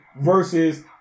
versus